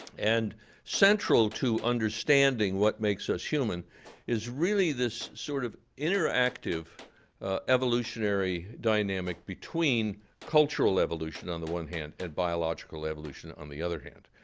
and central to understanding what makes us human is really this sort of interactive evolutionary dynamic between cultural evolution on the one hand and biological evolution on the other hand.